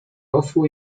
rosło